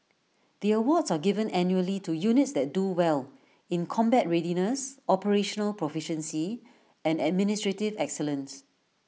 the awards are given annually to units that do well in combat readiness operational proficiency and administrative excellence